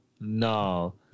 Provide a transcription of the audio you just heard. no